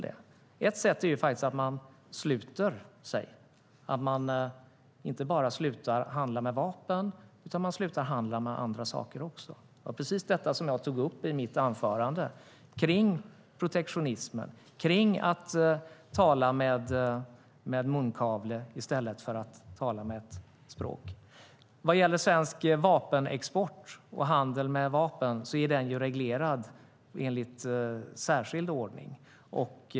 Ett sätt är att man sluter sig, att man inte bara slutar handla med vapen utan att man även slutar handla med andra saker. Det var precis detta jag tog upp i mitt anförande kring protektionismen och om att tala med munkavle i stället för att tala med ett språk. Vad gäller svensk vapenexport och handel med vapen är den reglerad enligt särskild ordning.